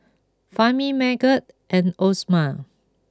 Fahmi Megat and Osman